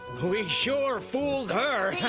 we sure fooled her.